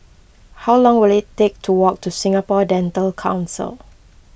how long will it take to walk to Singapore Dental Council